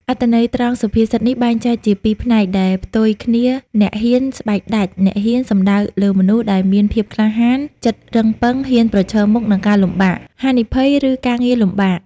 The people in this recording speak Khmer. អត្ថន័យត្រង់សុភាសិតនេះបែងចែកជាពីរផ្នែកដែលផ្ទុយគ្នាអ្នកហ៊ានស្បែកដាច អ្នកហ៊ាន សំដៅលើមនុស្សដែលមាន ភាពក្លាហាន ចិត្តរឹងប៉ឹង ហ៊ានប្រឈមមុខ នឹងការលំបាក ហានិភ័យ ឬការងារលំបាក។